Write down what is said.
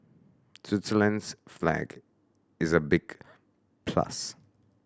Switzerland's flag is a big plus